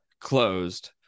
closed